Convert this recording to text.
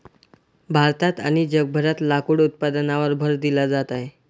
भारतात आणि जगभरात लाकूड उत्पादनावर भर दिला जात आहे